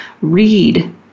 Read